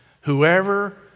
Whoever